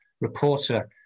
reporter